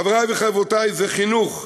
חברי וחברותי, זה חינוך.